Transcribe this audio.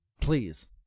Please